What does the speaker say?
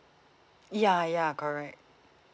ya ya correct